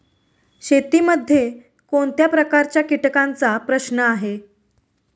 शेतीमध्ये कोणत्या प्रकारच्या कीटकांचा प्रश्न आहे?